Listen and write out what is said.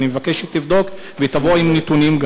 ואני מבקש שתבדוק ותבוא גם עם נתונים.